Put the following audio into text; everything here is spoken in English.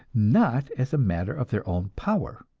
not as a matter of their own power.